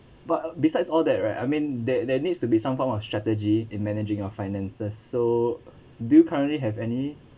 but besides all that right I mean there there needs to be some form of strategy in managing our finances so do you currently have any